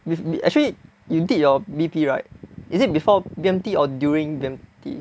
with actually you did your B_P right is it before B_M_T or during B_M_T